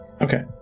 okay